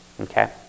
okay